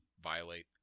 violate